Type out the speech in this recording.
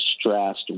stressed